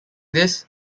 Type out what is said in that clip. this